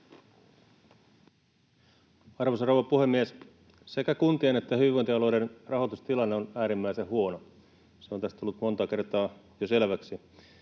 Arvoisa rouva puhemies! Sekä kuntien että hyvinvointialueiden rahoitustilanne on äärimmäisen huono. Se on tässä tullut monta kertaa jo selväksi,